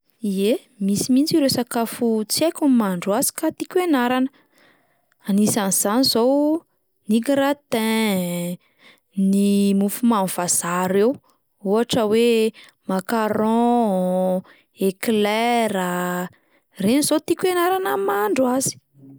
Ie, misy mihitsy ireo sakafo tsy haiko ny mahandro azy ka tiako ianarana, anisan'izany izao ny gratin, ny mofomamy vazaha ireny, ohatra hoe: macaron, éclair a, ireny izao tiako ianarana ny mahandro azy.